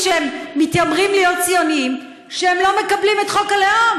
שמתיימרים להיות ציונים שהם לא מקבלים את חוק הלאום.